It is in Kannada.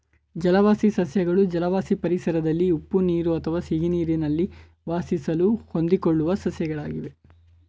ಜಲವಾಸಿ ಸಸ್ಯಗಳು ಜಲವಾಸಿ ಪರಿಸರದಲ್ಲಿ ಉಪ್ಪು ನೀರು ಅಥವಾ ಸಿಹಿನೀರಲ್ಲಿ ವಾಸಿಸಲು ಹೊಂದಿಕೊಳ್ಳುವ ಸಸ್ಯಗಳಾಗಿವೆ